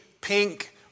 pink